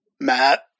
Matt